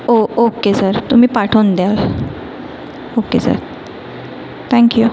ओ okay sir तुम्ही पाठवून द्या ओके सर तॅन्क्यू